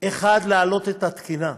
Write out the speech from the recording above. האחד, להעלות את התקינה.